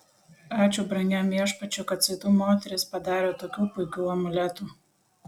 ačiū brangiam viešpačiui kad saitu moterys padarė tokių puikių amuletų